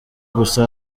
gusa